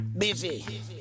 Busy